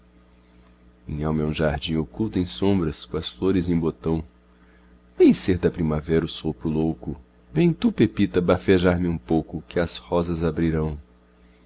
minhalma é um jardim oculto em sombras coas flores em botão vem ser da primavera o sopro louco vem tu pepita bafejar me um pouco que as rosas abrirão